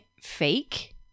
fake